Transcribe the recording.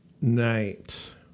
Night